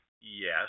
yes